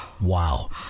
wow